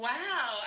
Wow